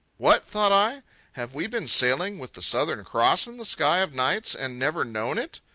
what! thought i have we been sailing with the southern cross in the sky of nights and never known it?